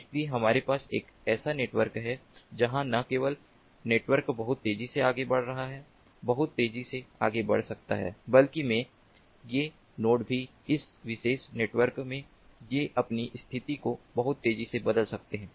इसलिए हमारे पास एक ऐसा नेटवर्क है जहां न केवल नेटवर्क बहुत तेजी से आगे बढ़ रहा है बहुत तेजी से आगे बढ़ सकता है बल्कि में ये नोड भी उस विशेष नेटवर्क में वे अपनी स्थिति को बहुत तेजी से बदल सकते हैं